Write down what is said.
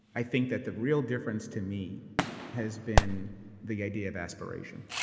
i think that the real difference to me has been the idea of aspiration.